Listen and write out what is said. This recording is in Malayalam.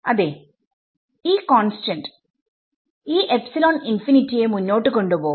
അതേഈ കോൺസ്റ്റന്റ് ഈ എപ്സിലോൺ ഇൻഫിനിറ്റിയെ മുന്നോട്ട് കൊണ്ട് പോവും